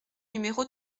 numéro